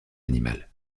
animal